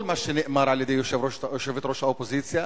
כל מה שנאמר על-ידי יושבת-ראש האופוזיציה